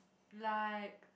like